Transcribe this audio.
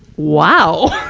wow!